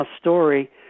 story